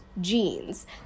jeans